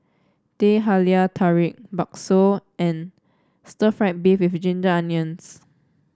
Teh Halia Tarik bakso and Stir Fried Beef with Ginger Onions